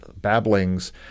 babblings